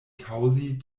kaŭzi